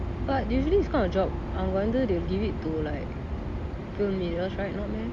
but usually this kind of job I wonder they will give it to like film leaders right no meh